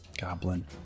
goblin